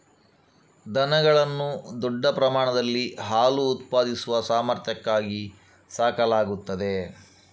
ದನಗಳನ್ನು ದೊಡ್ಡ ಪ್ರಮಾಣದಲ್ಲಿ ಹಾಲು ಉತ್ಪಾದಿಸುವ ಸಾಮರ್ಥ್ಯಕ್ಕಾಗಿ ಸಾಕಲಾಗುತ್ತದೆ